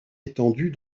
étendue